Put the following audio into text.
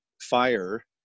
fire